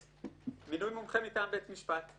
אופציה ב', מינוי מומחה של בית משפט.